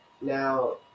now